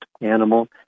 animal